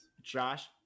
Josh